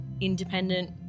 independent